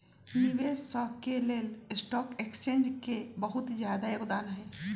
निवेशक स के लेल स्टॉक एक्सचेन्ज के बहुत जादा योगदान हई